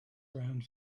around